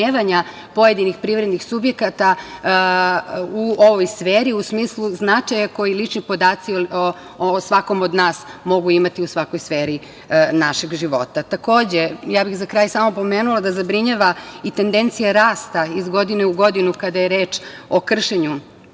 pojedinih privrednih subjekata u ovoj sferi u smislu značaja koji lični podaci o svakom od nas mogu imati u svakoj sferi našeg života. Takođe, za kraj bih samo spomenula da zabrinjava i tendencija rasta iz godine u godinu, kada je reč o kršenju